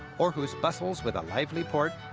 arhus bustles with a lively port,